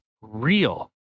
real